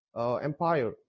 empire